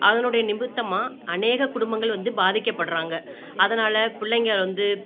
அதனுடைய நிமித்தமா அநேகக் குடும்பங்கள் வந்து பாதிக்கப்படுறாங்க அதனால் பிள்ளைங்க வந்து